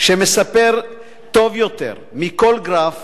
שמספר טוב יותר מכל גרף